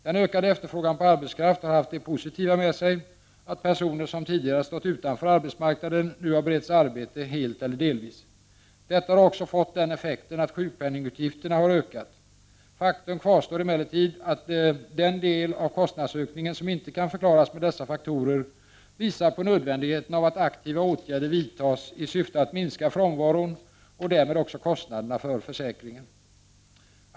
Den ökade efterfrågan på arbetskraft har haft det positiva med sig att personer som tidigare stått utanför arbetsmarknaden nu har beretts arbete helt eller delvis. Detta har också fått den effekten att sjukpenningutgifterna har ökat. Faktum kvarstår emellertid att den del av kostnadsökningen som inte kan förklaras med dessa faktorer visar på nödvändigheten av att aktiva åtgärder vidtas i syfte att minska frånvaron och därmed också kostnaderna för försäkringen.